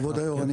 כבוד היו"ר,